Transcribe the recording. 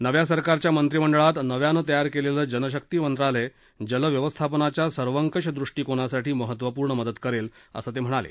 नव्या सरकारच्या मंत्रिमंडळात नव्यानं तयार केलेलं जलशक्ती मंत्रालय जलव्यवस्थापनाच्या सर्वंकष दृष्टीकोनासाठी महत्त्वपूर्ण मदत करेल असं ते म्हणाले